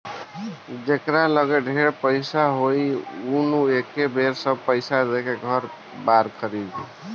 जेकरा लगे ढेर पईसा होई उ न एके बेर सब पईसा देके घर बार खरीदी